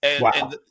Wow